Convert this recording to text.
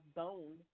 bone